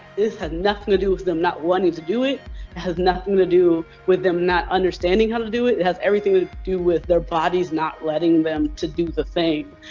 this has nothing to do with them not wanting to do it, it has nothing to do with them not understanding how to do it has everything to do with their bodies not letting them to do the thing,